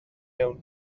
iawn